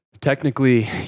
technically